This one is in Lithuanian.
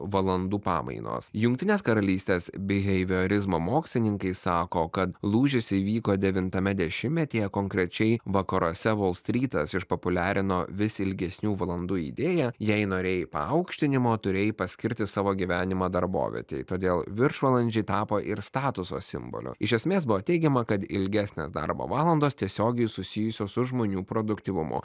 valandų pamainos jungtinės karalystės biheviorizmo mokslininkai sako kad lūžis įvyko devintame dešimtmetyje konkrečiai vakaruose volstrytas išpopuliarino vis ilgesnių valandų idėją jei norėjai paaukštinimo turėjai paskirti savo gyvenimą darbovietei todėl viršvalandžiai tapo ir statuso simboliu iš esmės buvo teigiama kad ilgesnės darbo valandos tiesiogiai susijusios su žmonių produktyvumu